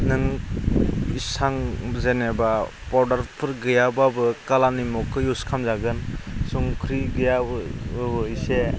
नों बेसां जेनेबा पाउडारफोर गैयाब्लाबो काला निमकबो इउस खालामजागोन संख्रै गैयाब्लाबो एसे